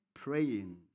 Praying